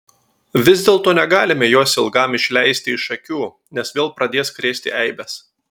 vis dėlto negalime jos ilgam išleisti iš akių nes vėl pradės krėsti eibes